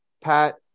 Pat